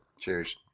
Cheers